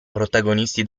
protagonisti